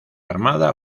armada